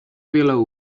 willows